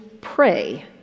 pray